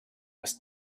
was